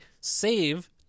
save